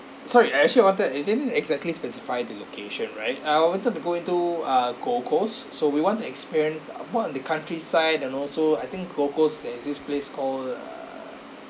sorry I actually wanted it didn't exactly specify the location right I wanted to go into a gold coast so we want to experience one of the countryside and also I think gold coast there's this place called err